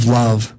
love